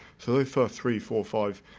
so those first three, four, five,